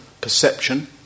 Perception